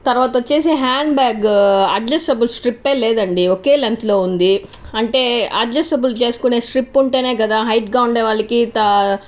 తర్వాతొచ్చేసి hand bag adjustable strip ఏ లేదండి ఒకే లెంత్ లో ఉంది అంటే అడ్జస్టబుల్ చేసుకునే స్ట్రిప్ ఉంటేనే కదా హైట్ గా ఉండేవాళ్ళకి తా